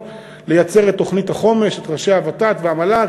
לייצר את תוכנית החומש: את ראשי הוות"ת והמל"ג,